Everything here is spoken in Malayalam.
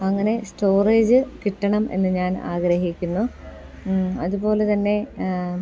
അങ്ങനെ സ്റ്റോറേജ് കിട്ടണം എന്നു ഞാൻ ആഗ്രഹിക്കുന്നു അതുപോലെ തന്നെ